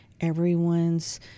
Everyone's